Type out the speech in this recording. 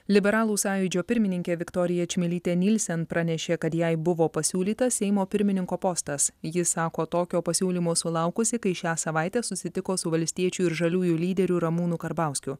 liberalų sąjūdžio pirmininkė viktorija čmilytė nilsen pranešė kad jai buvo pasiūlytas seimo pirmininko postas ji sako tokio pasiūlymo sulaukusi kai šią savaitę susitiko su valstiečių ir žaliųjų lyderiu ramūnu karbauskiu